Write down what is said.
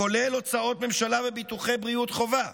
הכולל הוצאות ממשלה וביטוחי בריאות חובה,